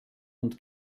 und